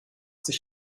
sich